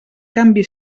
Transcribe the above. canvi